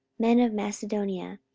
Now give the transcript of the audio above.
men of macedonia,